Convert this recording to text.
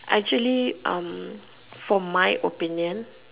actually um for my opinion